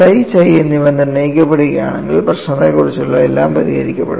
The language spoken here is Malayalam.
Psi chi എന്നിവ നിർണ്ണയിക്കപ്പെടുകയാണെങ്കിൽ പ്രശ്നത്തെക്കുറിച്ചുള്ള എല്ലാം പരിഹരിക്കപ്പെടും